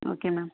okay ma'am